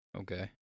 okay